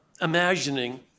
imagining